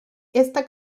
esta